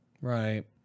right